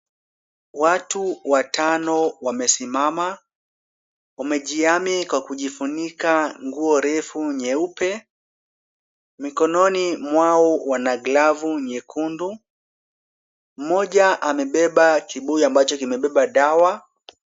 Watu watano wamesimama, wamejihami kwa kujifunika nguo refu nyeupe. Mikononi mwao wana glavu nyekundu. Mmoja amebeba kibuyu ambacho kimebeba dawa.